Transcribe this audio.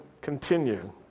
continue